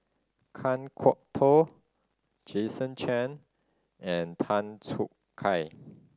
Kan Kwok Toh Jason Chan and Tan Choo Kai